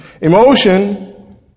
Emotion